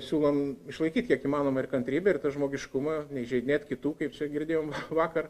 siūlom išlaikyt kiek įmanoma ir kantrybę ir tą žmogiškumą neįžeidinėt kitų kaip čia girdėjom vakar